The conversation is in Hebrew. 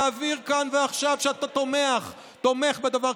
להבהיר כאן ועכשיו שאתה תומך בדבר,